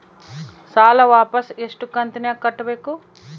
ಸಾಲ ವಾಪಸ್ ಎಷ್ಟು ಕಂತಿನ್ಯಾಗ ಕಟ್ಟಬೇಕು?